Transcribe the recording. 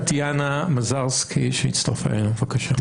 טטיאנה מזרסקי שהצטרפה אלינו, בבקשה.